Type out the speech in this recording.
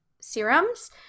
serums